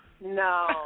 No